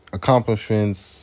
accomplishments